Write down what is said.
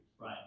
Right